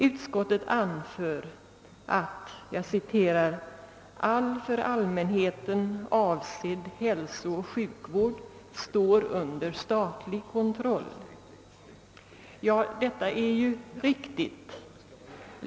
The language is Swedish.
Utskottet anför att »all för allmänheten avsedd hälsooch sjukvård står under statlig kontroll». Ja, det är riktigt.